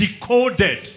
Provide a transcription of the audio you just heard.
decoded